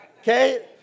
okay